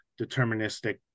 deterministic